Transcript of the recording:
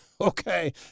okay